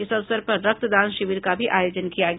इस अवसर पर रक्तदान शिविर का भी आयोजन किया गया